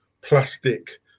plastic